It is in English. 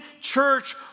church